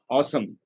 Awesome